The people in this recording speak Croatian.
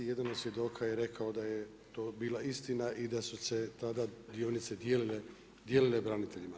Jedan od svjedoka je rekao da je to bila istina i da su se tada dionice dijelile braniteljima.